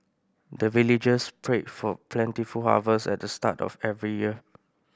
the villagers pray for plentiful harvest at the start of every year